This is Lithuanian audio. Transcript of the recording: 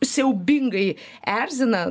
siaubingai erzina